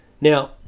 now